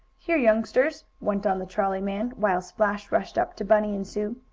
here, youngsters, went on the trolley man, while splash rushed up to bunny and sue,